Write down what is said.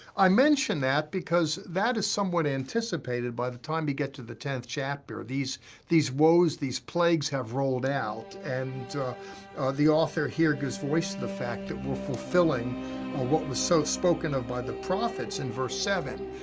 i mention that because that is somewhat anticipated by the time we get to the tenth chapter. these these woes, these plagues have rolled out, and the author here gives voice to the fact that we're fulfilling what was so spoken of by the prophets in verse seven,